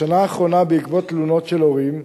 בשנה האחרונה, בעקבות תלונות של הורים,